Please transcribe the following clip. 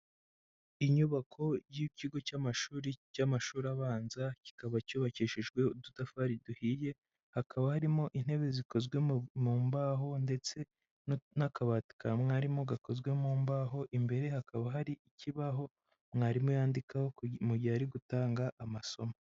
Inyubako y'ikigo cy'amashuri cy'amashuri abanza kikaba cyubakishijwe udutafari duhiye hakaba harimo intebe zikozwe mu mbaho ndetse n'akabati ka mwarimu gakozwe mu mbaho imbere hakaba hari ikibaho mwarimu yandikaho mu gihe ari gutanga amasomo.